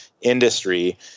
industry